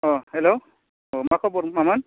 अह hello मा खबर मामोन